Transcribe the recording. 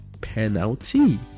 Penalty